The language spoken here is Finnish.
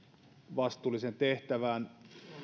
vastuulliseen tehtävään